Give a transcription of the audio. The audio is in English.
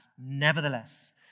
Nevertheless